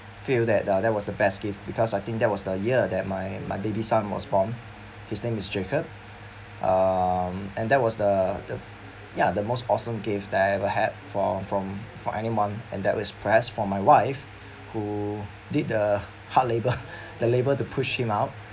feel that uh that was the best gift because I think that was the year that my my baby son was born his name is jacob um and that was the the ya the most awesome gift that I ever had from from anyone and that was pressed from my wife who did the hard labour the labour to push him out